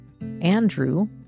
Andrew